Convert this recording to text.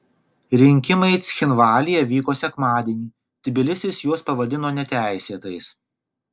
rinkimai cchinvalyje vyko sekmadienį tbilisis juos pavadino neteisėtais